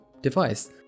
device